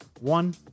one